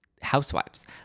housewives